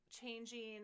changing